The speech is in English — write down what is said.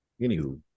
Anywho